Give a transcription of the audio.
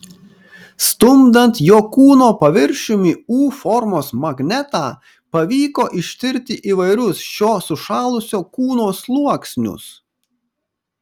stumdant jo kūno paviršiumi u formos magnetą pavyko ištirti įvairius šio sušalusio kūno sluoksnius